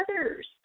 others